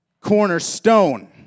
cornerstone